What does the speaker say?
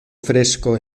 fresco